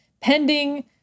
pending